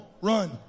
Run